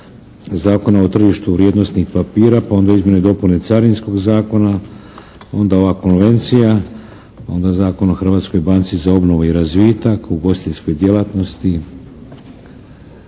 Zakona o tržištu vrijednosnih papira pa onda izmjene i dopune Carinskog zakona, onda ova konvencija, onda Zakon o hrvatskoj banci za obnovu i razvitak, ugostiteljskoj djelatnosti.